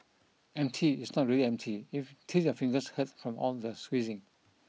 empty is not really empty if till your fingers hurt from all the squeezing